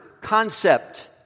concept